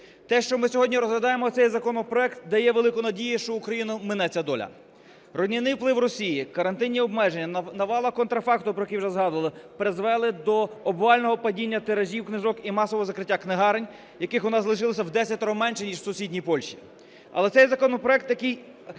Те, що ми сьогодні розглядаємо цей законопроект, дає велику надію, що Україну мене ця доля. Руйнівний вплив Росії, карантинні обмеження, навала контрафакту, про який вже згадували, призвели до обвального падіння тиражів книжок і масового закриття книгарень, яких у нас лишилося в десятеро менше ніж в сусідній Польщі. Але цей законопроект, який